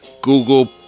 Google